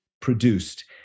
Produced